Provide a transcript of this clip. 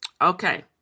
Okay